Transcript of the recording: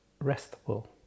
restful